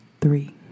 three